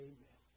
Amen